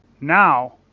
now